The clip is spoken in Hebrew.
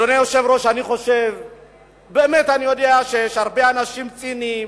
אדוני היושב-ראש, אני יודע שיש הרבה אנשים ציניים,